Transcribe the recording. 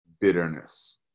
bitterness